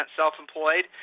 self-employed